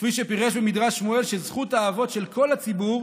כפי שפירש במדרש שמואל שזכות האבות של כל הציבור